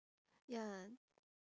ya